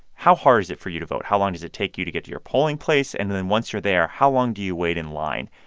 how hard is it for you to vote? how long does it take you to get to your polling place? and then once you're there, how long do you wait in line?